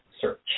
search